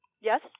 Yes